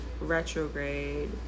retrograde